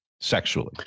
sexually